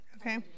Okay